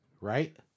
right